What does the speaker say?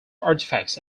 artifacts